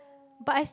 but